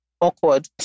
awkward